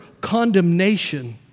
condemnation